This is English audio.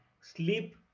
sleep